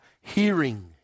hearing